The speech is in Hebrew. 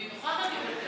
היא נוכחת והיא מוותרת.